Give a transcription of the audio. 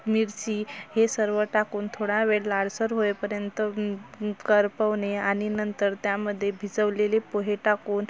मिरची हे सर्व टाकून थोडा वेळ लालसर होईपर्यंत करपवणे आणि नंतर त्यामध्ये भिजवलेले पोहे टाकून